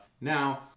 Now